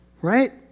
Right